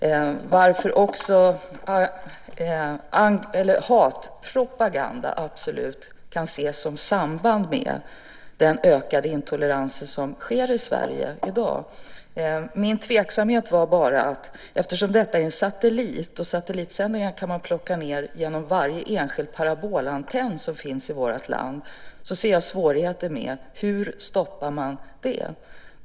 Hatpropaganda kan absolut sättas i samband med den ökade intoleransen i Sverige i dag. Min tveksamhet gällde att det handlade om satellitsändningar som man kan plocka ned genom varje enskild parabolantenn i vårt land. Jag ser svårigheter i att stoppa det.